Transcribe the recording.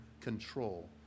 control